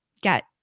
get